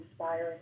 inspiring